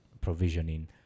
provisioning